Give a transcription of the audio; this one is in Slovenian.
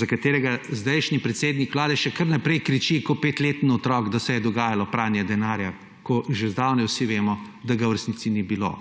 za katerega zdajšnji predsednik Vlade še kar naprej kriči kot petletni otrok, da se je dogajalo pranje denarja, ko že zdavnaj vsi vemo, da ga v resnici ni bilo.